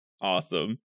awesome